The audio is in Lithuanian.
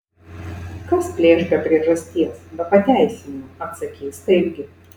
kas plėš be priežasties be pateisinimo atsakys taipgi